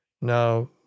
Now